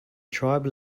tribe